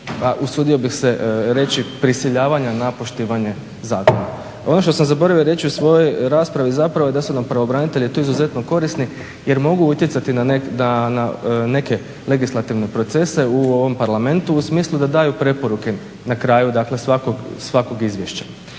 usudio bih se reći prisiljavanja na poštivanje zakona. Ono što sam zaboravio reći u svojoj raspravi je zapravo da su nam pravobranitelji tu izuzetno korisni jer mogu utjecati na neke legislativne procese u ovom Parlamentu u smislu da daju preporuke na kraju dakle svakog izvješća.